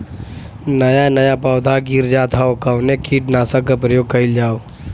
नया नया पौधा गिर जात हव कवने कीट नाशक क प्रयोग कइल जाव?